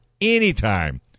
anytime